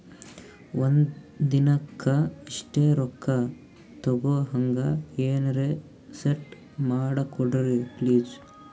ಒಂದಿನಕ್ಕ ಇಷ್ಟೇ ರೊಕ್ಕ ತಕ್ಕೊಹಂಗ ಎನೆರೆ ಸೆಟ್ ಮಾಡಕೋಡ್ರಿ ಪ್ಲೀಜ್?